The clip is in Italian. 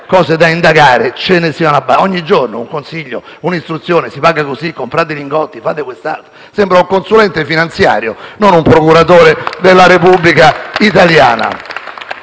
cose da indagare ce ne siano; ogni giorno un consiglio, un'istruzione: si paga così, comprare i lingotti, fate quest'altro... Sembra un consulente finanziario, non un procuratore della Repubblica italiana.